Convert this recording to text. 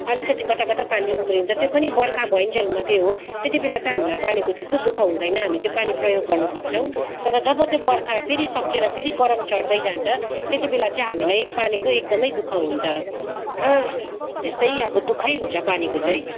अलिकति कताकता पानी उम्रिन्छ त्यो पनि बर्खा भइन्जेल मात्रै हो त्यति बेला चाहिँ हामीलाई पानीको त्यस्तो दुःख हुँदैन हामी त्यो पानी प्रयोग गर्नु सक्छौँ तर जब चाहिँ बर्खा फेरि सकेर फेरि गरम चढ्दै जान्छ त्यति बेला चाहिँ हामीलाई पानीको एकदमै दुःख हुन्छ र त्यस्तै अब दुःखै हुन्छ पानीको चाहिँ